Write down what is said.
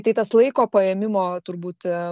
tai tas laiko paėmimo turbūt